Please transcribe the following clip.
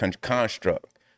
construct